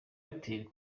airtel